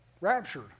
raptured